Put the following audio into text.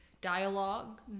dialogue